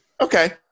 Okay